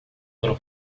foram